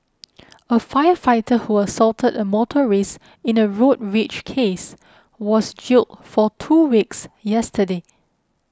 a firefighter who assaulted a motorist in a road rage case was jailed for two weeks yesterday